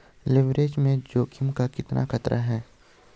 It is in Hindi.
लिवरेज में जोखिम का कितना खतरा है?